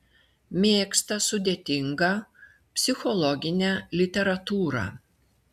mėgsta sudėtingą psichologinę literatūrą